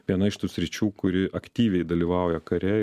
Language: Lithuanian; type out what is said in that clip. viena iš tų sričių kuri aktyviai dalyvauja kare